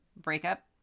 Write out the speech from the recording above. breakup